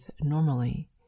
normally